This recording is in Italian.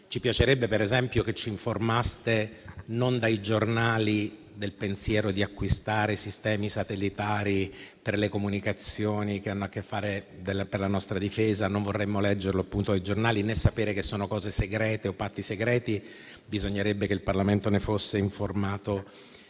Ci piacerebbe, per esempio, che ci informaste non attraverso i giornali del pensiero di acquistare i sistemi satellitari per le comunicazioni che hanno a che fare con la nostra difesa; non vorremmo leggerlo - appunto - dai giornali, né sapere che sono cose segrete o patti segreti. Bisognerebbe che il Parlamento ne fosse informato